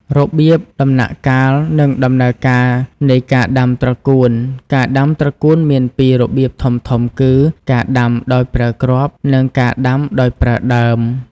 របៀប ដំណាក់កាល និងដំណើរការនៃការដាំត្រកួនការដាំត្រកួនមានពីររបៀបធំៗគឺ ការដាំដោយប្រើគ្រាប់ និង ការដាំដោយប្រើដើម។